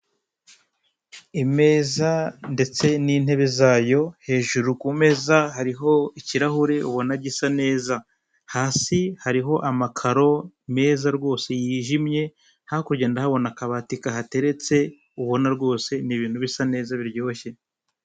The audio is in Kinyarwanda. Imeza ndetse n'intebe zayo hejuru kumeza hariho ikirahure ubona gisa neza. Hasi hariho amakaro meza rwose yijimye hakurya habona akabati kahateretse ubona rwose ni ibintu bisa neza biryoshye